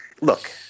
look